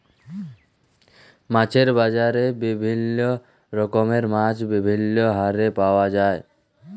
মাছের বাজারে বিভিল্য রকমের মাছ বিভিল্য হারে পাওয়া যায়